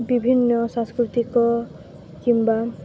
ବିଭିନ୍ନ ସାଂସ୍କୃତିକ କିମ୍ବା